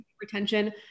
retention